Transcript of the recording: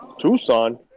Tucson